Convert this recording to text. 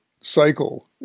cycle